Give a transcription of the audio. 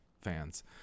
fans